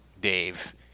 Dave